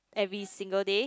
every single day